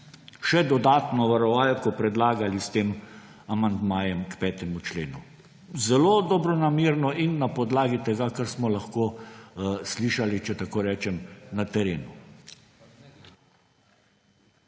še dodatno varovalko predlagali s tem amandmajem k 5. členu. Zelo dobronamerno in na podlagi tega, kar smo lahko slišali, če tako rečem, na terenu.